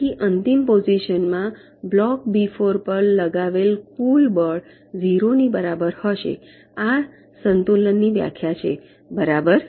તેથી અંતિમ પોઝિશનમાં બ્લોક બી 4 પર લગાવેલ કુલ બળ ઝીરો ની બરાબર હશે આ સંતુલનની વ્યાખ્યા છે બરાબર